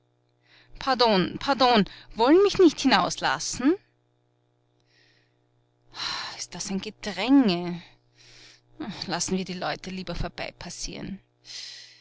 pardon pardon wollen mich nicht hinauslassen ist das ein gedränge lassen wir die leut lieber